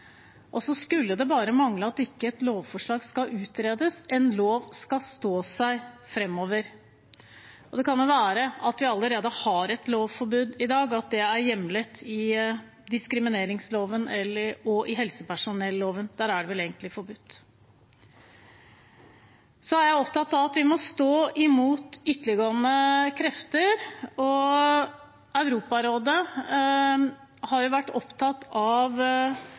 Stortinget. Så skulle det bare mangle at et lovforslag ikke skal utredes. En lov skal stå seg fremover. Det kan være at vi allerede har et lovforbud i dag, at det er hjemlet i diskrimineringsloven og i helsepersonelloven. Der er det vel egentlig forbudt. Så er jeg opptatt av at vi må stå imot ytterliggående krefter. Europarådet har vært opptatt av de skeives rettigheter, og Europarådet har